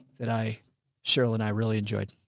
that i cheryl and i really enjoyed.